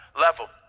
level